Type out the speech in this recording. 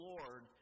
Lord